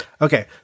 Okay